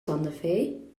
tandenfee